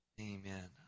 Amen